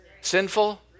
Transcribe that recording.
sinful